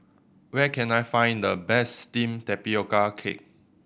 where can I find the best steamed tapioca cake